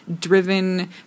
driven